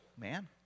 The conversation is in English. man